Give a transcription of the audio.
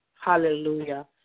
hallelujah